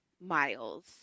miles